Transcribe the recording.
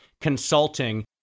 Consulting